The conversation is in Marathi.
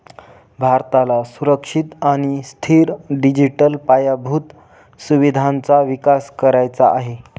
भारताला सुरक्षित आणि स्थिर डिजिटल पायाभूत सुविधांचा विकास करायचा आहे